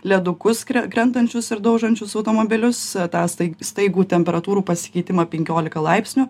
ledukuskren krentančius ir daužančius automobilius tą stai staigų temperatūrų pasikeitimą penkiolika laipsnių